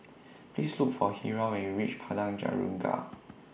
Please Look For Hiram when YOU REACH Padang Jeringau